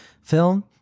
film